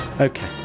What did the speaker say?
okay